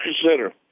consider